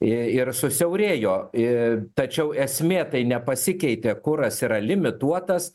i ir susiaurėjo i tačiau esmė tai nepasikeitė kuras yra limituotas